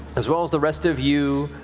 as well as the rest of you,